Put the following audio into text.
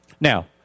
Now